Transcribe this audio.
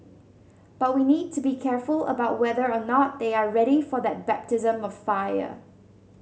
but we need to be careful about whether or not they are ready for that baptism of fire